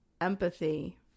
empathy